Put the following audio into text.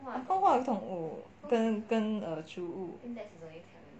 阿公画动物跟跟植物